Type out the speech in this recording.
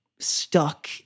stuck